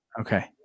Okay